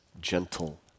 gentle